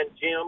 Jim